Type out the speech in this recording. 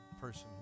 person